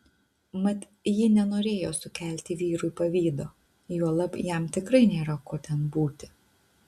mat ji nenorėjo sukelti vyrui pavydo juolab jam tikrai nėra ko ten būti